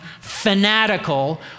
fanatical